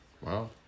Wow